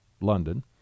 London